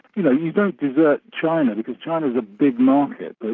you know you don't desert china, because china is a big market,